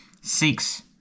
six